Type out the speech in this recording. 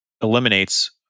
eliminates